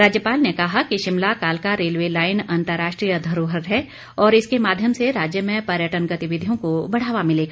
राज्यपाल ने कहा कि शिमला कालका रेलवे लाइन अंतर्राष्ट्रीय धरोहर है और इसके माध्यम से राज्य में पर्यटन गतिविधियों को बढ़ावा मिलेगा